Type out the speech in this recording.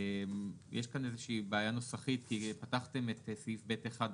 יש כאן איזושהי בעיה נוסחית כי פתחתם את סעיף (ב)(1)